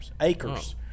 acres